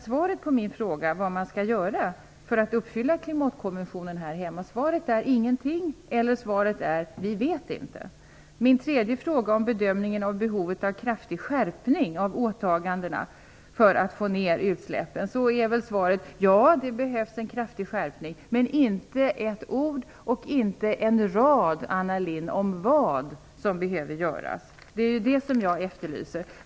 Svaret på min fråga om vad man avser att göra för att uppfylla klimatkonventionen här hemma är: Ingenting, eller vi vet inte. Min tredje fråga gäller bedömningen av behovet av en kraftig skärpning av åtagandena för att få ned utsläppen. Svaret på den frågan är nog: Ja, det behövs en kraftig skärpning. Det sägs dock inte ett ord, Anna Lindh, om vad som behöver göras. Det är detta jag efterlyser.